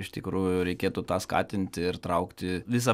iš tikrųjų reikėtų tą skatinti ir traukti visą